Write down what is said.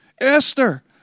Esther